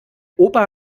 opa